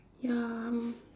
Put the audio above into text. ya mm